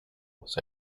was